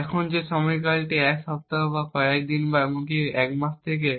এখন এই সময়কালটি 1 সপ্তাহ কয়েক দিন বা এমনকি এক মাস থেকে